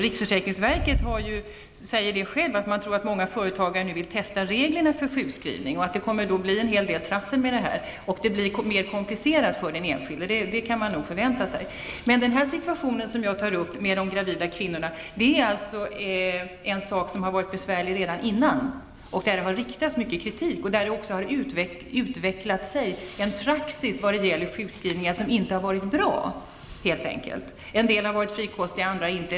Riksförsäkringsverket säger ju att man tror att många företagare nu vill testa reglerna för sjukskrivningen och att det då blir en hel del trassel. Att det blir mer komplicerat för den enskilde kan man nog förvänta sig. Den situation som jag tar upp, med de gravida kvinnorna, har varit besvärlig redan tidigare. Det har riktats mycket kritik, och det har utvecklats en praxis vad gäller sjukskrivningar som inte har varit bra. En del har varit frikostiga, andra inte.